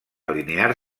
alinear